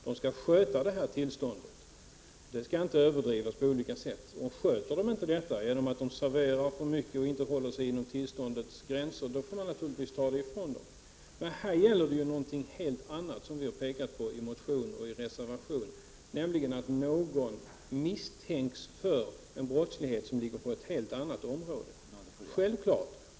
Han skall sköta sitt tillstånd, och det skall inte få överskridas på något sätt. Missköter man det genom att servera för mycket och inte hålla sig inom tillståndets gränser, får naturligtvis tillståndet dras in. Men här gäller det någonting helt annat, vilket vi har påpekat i motionen och i reservationen, nämligen att någon misstänks för brottslighet på ett helt annat område.